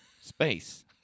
Space